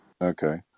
Okay